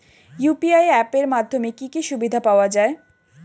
UPI app এর মাধ্যমে কি কি সুবিধা পাওয়া যায়?